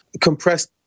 compressed